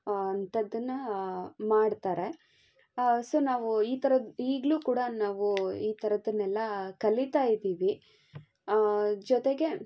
ಅಂಥದ್ದನ್ನ ಮಾಡ್ತಾರೆ ಸೊ ನಾವು ಈ ಥರದ ಈಗಲೂ ಕೂಡ ನಾವು ಈ ಥರದ್ದನ್ನೆಲ್ಲ ಕಲಿತಾ ಇದ್ದೀವಿ ಜೊತೆಗೆ